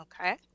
Okay